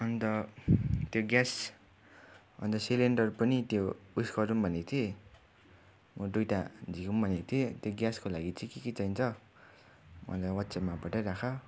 अन्त त्यो ग्यास अन्त सिलिन्डर पनि त्यो उस गरौँ भनेको थिएँ दुईवटा झिकौँ भनेको थिएँ त्यो ग्यासको लागि चाहिँ के के चाहिन्छ मलाई वाट्सएपमा पठाइराख